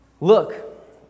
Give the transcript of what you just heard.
Look